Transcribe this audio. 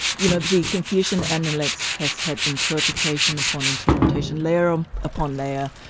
you know, the confucian analects has had interpretation upon interpretation, layer um upon layer,